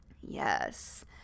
Yes